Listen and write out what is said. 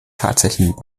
tatsächlichen